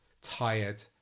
tired